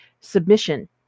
submission